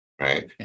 Right